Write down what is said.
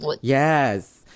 Yes